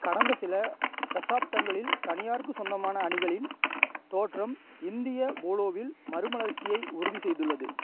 கடந்த சில தசாப்தங்களில் தனியாருக்கு சொந்தமான அணிகளின் தோற்றம் இந்திய போலோவில் மறுமலர்ச்சியை உறுதி செய்துள்ளது